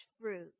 fruit